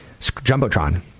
Jumbotron